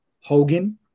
Hogan